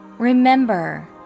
Remember